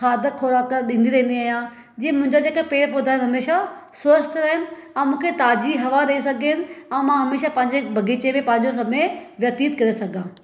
खाद खुराक ॾींदी रहंदी आहियां जीअं मुंहिंजा जेका पेड़ पौधा हमेशह स्वस्थ रहनि ऐं मूंखे ताज़ी हवा ॾेई सघनि ऐं मां हमेशह पंहिंजे बगीचे में पंहिंजो समय व्यतीत करे सघां